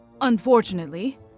Unfortunately